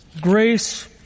grace